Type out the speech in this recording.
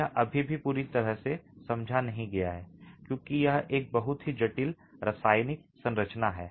यह अभी भी पूरी तरह से समझा नहीं गया है क्योंकि यह एक बहुत ही जटिल रासायनिक संरचना है